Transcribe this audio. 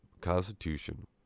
constitution